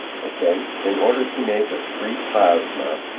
okay, in order to make a free plasma,